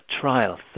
trial